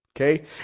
Okay